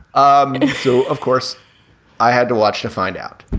um so of course i had to watch to find out.